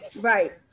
Right